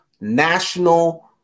national